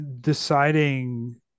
deciding